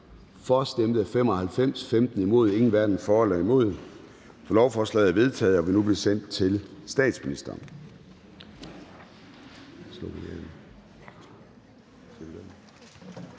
stemte 15 (LA og KF), hverken for eller imod stemte 0. Lovforslaget er vedtaget og vil nu blive sendt til statsministeren.